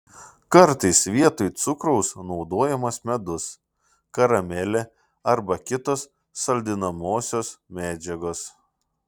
kartais vietoj cukraus naudojamas medus karamelė arba kitos saldinamosios medžiagos